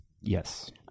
yes